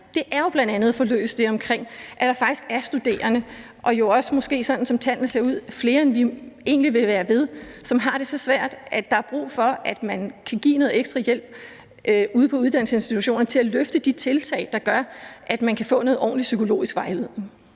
Det er jo bl.a. at få løst det med, at der faktisk er studerende – og jo også måske, sådan som tallene ser ud, flere, end vi egentlig vil være ved – som har det så svært, at der er brug for, at man kan give noget ekstra hjælp ude på uddannelsesinstitutionerne til at løfte de tiltag, der gør, at man kan få noget ordentlig psykologisk vejledning.